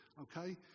Okay